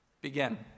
Begin